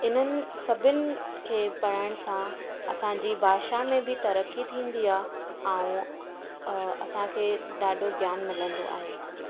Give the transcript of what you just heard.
इन्हनि सभिनि खे पढाइण सां असांजी भाषा में बि तरकी थींदी आहे ऐं असांखे ॾाढो ज्ञान मिलंदो आहे